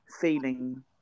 feeling